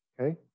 okay